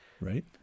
Right